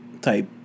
type